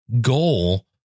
goal